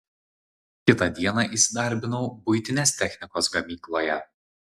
kitą dieną įsidarbinau buitinės technikos gamykloje